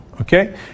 Okay